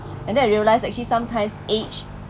and then I realised actually sometimes age